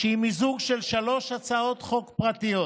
שהיא מיזוג של שלוש הצעות חוק פרטיות: